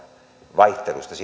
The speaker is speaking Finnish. vaihtelustahan